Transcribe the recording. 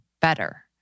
better